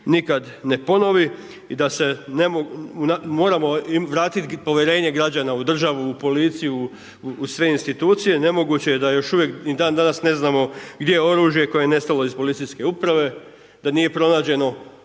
nikada ne ponovi. I da moramo vratiti povjerenje građana u državu, u policiju, u sve institucije. Nemoguće je da još uvijek ni dan danas ne znamo gdje je oružje koje je nestalo iz policijske uprave, da nije pronađeno